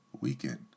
weekend